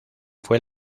fue